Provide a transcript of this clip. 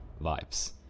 vibes